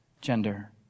gender